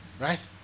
right